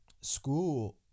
school